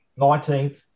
19th